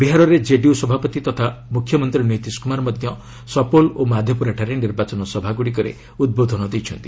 ବିହାରରେ ଜେଡିୟୁ ସଭାପତି ତଥା ମୁଖ୍ୟମନ୍ତ୍ରୀ ନୀତିଶ କୁମାର ମଧ୍ୟ ସପଉଲ ଓ ମାଧେପୁରାଠାରେ ନିର୍ବାଚନ ସଭାଗୁଡ଼ିକରେ ଉଦ୍ବୋଧନ ଦେଇଛନ୍ତି